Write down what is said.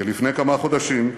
כי לפני כמה חודשים,